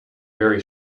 very